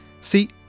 See